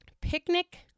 Picnic